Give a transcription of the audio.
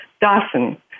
Dawson